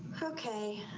okay,